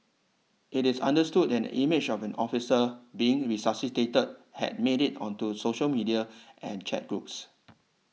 it is understood an image of an officer being resuscitated had made it onto social media and chat groups